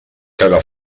caga